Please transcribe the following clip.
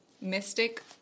Mystic